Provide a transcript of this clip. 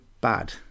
bad